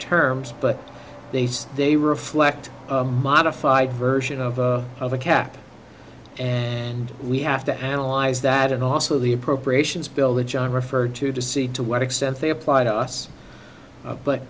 terms but they say they reflect a modified version of of a cap and we have to analyze that and also the appropriations bill that john referred to to see to what extent they apply to us but